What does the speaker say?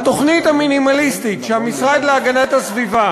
התוכנית המינימליסטית שהמשרד להגנת הסביבה